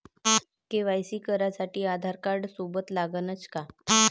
KYC करासाठी आधारकार्ड सोबत लागनच का?